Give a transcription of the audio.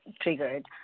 triggered